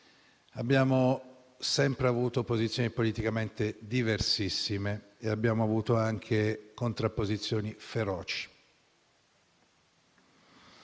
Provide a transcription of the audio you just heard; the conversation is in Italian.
Abbiamo sempre avuto posizioni politicamente diversissime e abbiamo avuto anche contrapposizioni feroci.